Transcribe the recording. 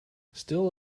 still